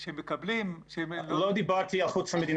שמקבלים --- אני לא דיברתי על מחוץ למדינה.